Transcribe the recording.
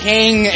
King